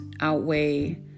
outweigh